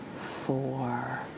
four